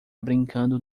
brincando